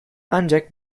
ancak